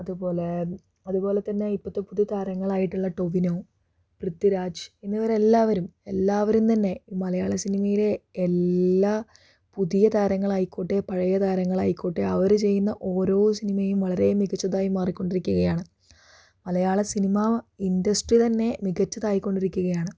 അതുപോലെ അതുപോലെത്തന്നെ ഇപ്പോഴത്തെ പുതിയ താരങ്ങളായിട്ടുള്ള ടൊവിനോ പൃഥ്വിരാജ് എന്നിവർ എല്ലാവരും എല്ലാവരും തന്നെ മലയാള സിനിമയിലെ എല്ലാ പുതിയ താരങ്ങളായിക്കോട്ടെ പഴയ താരങ്ങളായിക്കോട്ടെ അവർ ചെയ്യുന്ന ഓരോ സിനിമയും വളരെ മികച്ചതായി മാറിക്കൊണ്ടിരിക്കുകയാണ് മലയാള സിനിമ ഇൻ്റസ്ട്രി തന്നെ മികച്ചതായിക്കൊണ്ടിരിക്കുകയാണ്